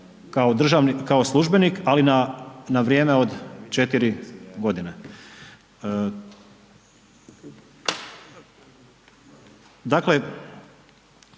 kao službenik, ali na vrijeme od 4.g.